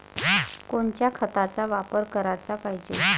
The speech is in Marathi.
कोनच्या खताचा वापर कराच पायजे?